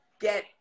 get